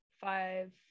five